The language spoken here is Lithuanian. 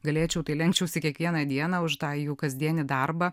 galėčiau tai lenkčiausi kiekvieną dieną už tai jų kasdienį darbą